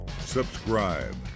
subscribe